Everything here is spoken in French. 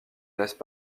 laissent